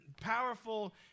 powerful